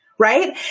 right